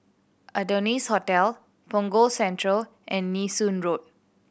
Adonis Hotel Punggol Central and Nee Soon Road